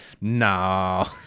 no